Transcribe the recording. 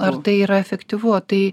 ar tai yra efektyvu tai